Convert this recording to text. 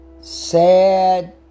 sad